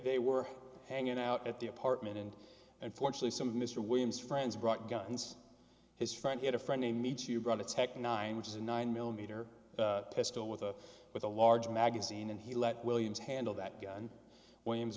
they were hanging out at the apartment and unfortunately some of mr williams friends brought guns his friend had a friend a meet you brought a tech nine which is a nine millimeter pistol with a with a large magazine and he let williams handle that gun w